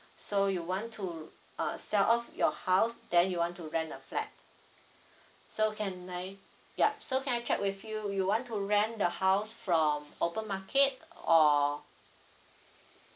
so you want to uh sell off your house then you want to rent a flat so can I yup so can I check with you you want to rent the house from open market or